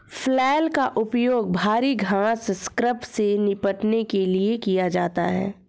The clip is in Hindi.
फ्लैल का उपयोग भारी घास स्क्रब से निपटने के लिए किया जाता है